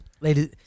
Ladies